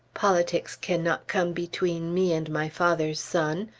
politics cannot come between me and my father's son.